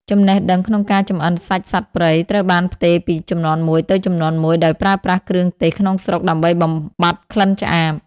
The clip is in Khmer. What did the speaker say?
ចំណេះដឹងក្នុងការចម្អិនសាច់សត្វព្រៃត្រូវបានផ្ទេរពីជំនាន់មួយទៅជំនាន់មួយ ដោយប្រើប្រាស់គ្រឿងទេសក្នុងស្រុកដើម្បីបំបាត់ក្លិនឆ្អាប។